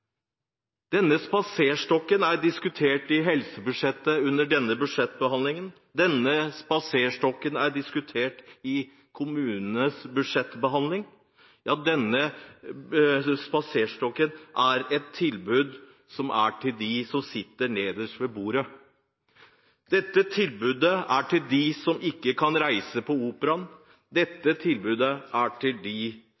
Denne spaserstokken er diskutert under denne behandlingen av helsebudsjettet. Denne spaserstokken er diskutert i kommunenes budsjettbehandling. Denne spaserstokken er et tilbud til dem som sitter nederst ved bordet. Dette tilbudet er til dem som ikke kan reise til Operaen.